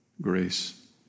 grace